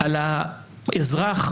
על האזרח,